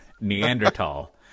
Neanderthal